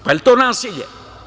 Pa je li to nasilje?